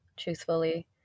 truthfully